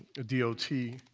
d o t,